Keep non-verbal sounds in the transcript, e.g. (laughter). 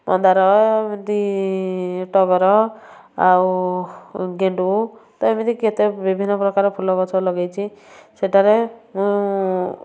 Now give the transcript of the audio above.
ମନ୍ଦାର (unintelligible) ଟଗର ଆଉ ଗେଣ୍ଡୁ ତ ଏମିତି କେତେ ବିଭିନ୍ନ ପ୍ରକାର ଫୁଲଗଛ ଲଗାଇଛି ସେଠାରେ ମୁଁ